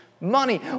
money